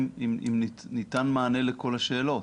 ניתן מענה לכל השאלות.